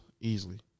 easily